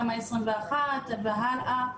בכמה יש 21 תלמידים וכך הלאה.